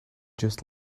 just